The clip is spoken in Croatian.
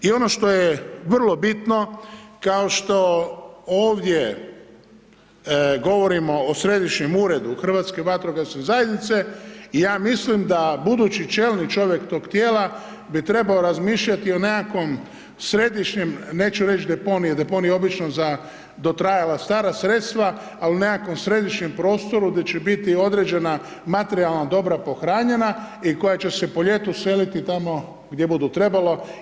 I ono što je vrlo bitno, kao što ovdje govorimo o središnjem uredu, u Hrvatske vatrogasne zajednice, ja mislim da budući čelni čovjek tog tijela bi trebao razmišljati o nekakvom, središnjem, neću reći deponiju, deponij je obično za dotrajala stara sredstva, ali nekakvom središnjem prostoru, gdje će biti određena materijalna dobra pohranjena i koja će se po ljetu seliti tamo gdje bude trebalo.